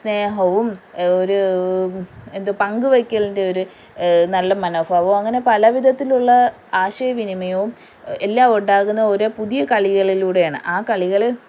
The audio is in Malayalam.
സ്നേഹവും ഒരു എന്ത് പങ്കുവെക്കലിൻ്റെ ഒരു നല്ല മനോഭാവവും അങ്ങനെ പല വിധത്തിലുള്ള ആശയവിനിമയവും എല്ലാം ഉണ്ടാകുന്നത് ഒരു പുതിയ കളികളുലൂടെ ആണ് ആ കളികൾ